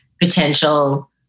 potential